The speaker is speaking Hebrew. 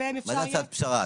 מה זה הצעת פשרה?